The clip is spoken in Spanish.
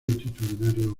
multitudinario